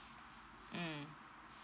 mm